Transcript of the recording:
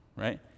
right